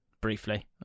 briefly